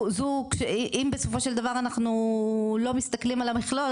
אם בסופו של דבר אנחנו לא מסתכלים על המכלול,